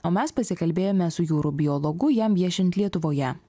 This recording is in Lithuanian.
o mes pasikalbėjome su jūrų biologu jam viešint lietuvoje